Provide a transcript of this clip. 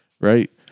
right